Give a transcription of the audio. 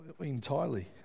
entirely